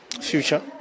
future